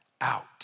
out